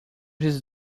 his